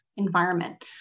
environment